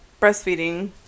breastfeeding